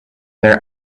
their